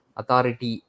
authority